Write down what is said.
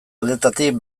aldetatik